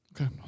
Okay